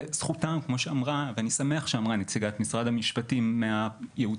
זכותם ואני שמח שאמרה נציגת משרד המשפטים מהייעוץ